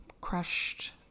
crushed